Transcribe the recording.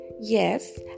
Yes